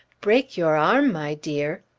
break your arm, my dear!